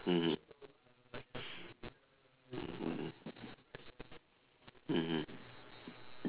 mmhmm mmhmm mmhmm